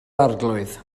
arglwydd